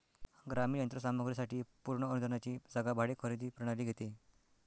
ग्रामीण यंत्र सामग्री साठी पूर्ण अनुदानाची जागा भाडे खरेदी प्रणाली घेते